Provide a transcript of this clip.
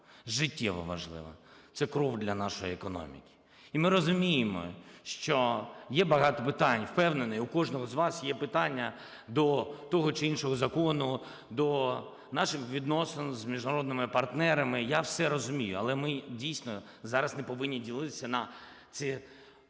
життєвоважливо – це кров для нашої економіки. І ми розуміємо, що є багато питань, впевнений, у кожного з вас є питання до того чи іншого закону, до наших відносин з міжнародними партнерами. Я все розумію, але ми дійсно зараз не повинні ділитися на: це